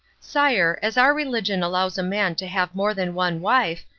sire, as our religion allows a man to have more than one wife,